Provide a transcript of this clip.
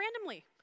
randomly